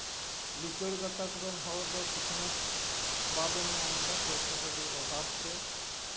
ᱞᱤᱪᱟᱹᱲ ᱜᱟᱛᱟᱠ ᱨᱮᱱ ᱦᱚᱲ ᱫᱚ ᱥᱤᱠᱷᱱᱟᱹᱛ ᱵᱟᱵᱚᱱ ᱧᱟᱢ ᱫᱟ ᱯᱚᱭᱥᱟ ᱠᱟᱹᱣᱰᱤ ᱚᱵᱷᱟᱵᱽ ᱛᱮ